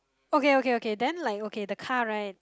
okay okay okay then like okay the car right